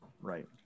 Right